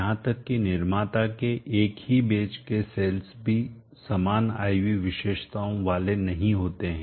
यहां तक कि निर्माता के एक ही बैच के सेल्स भी समान I V विशेषताओं वाले नहीं होते हैं